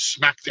SmackDown